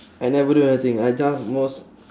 I never do anything I just most